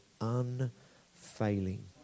unfailing